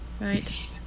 Right